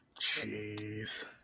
Jeez